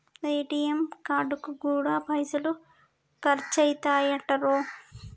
ATM కార్డుకు గూడా పైసలు ఖర్చయితయటరో